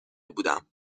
بودم